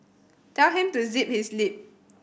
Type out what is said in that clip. tell him to zip his lip